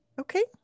Okay